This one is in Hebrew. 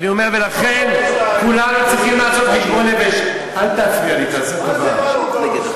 אל תפריע לי, בבקשה.